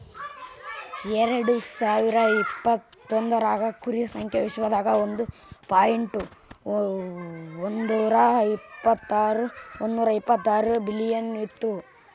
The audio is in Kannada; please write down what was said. ಎರಡು ಸಾವಿರ ಇಪತ್ತೊಂದರಾಗ್ ಕುರಿ ಸಂಖ್ಯಾ ವಿಶ್ವದಾಗ್ ಒಂದ್ ಪಾಯಿಂಟ್ ಒಂದ್ನೂರಾ ಇಪ್ಪತ್ತಾರು ಬಿಲಿಯನ್ ಇತ್ತು